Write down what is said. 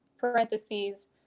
parentheses